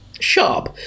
sharp